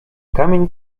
kamień